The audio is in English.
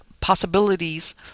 possibilities